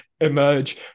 emerge